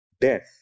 death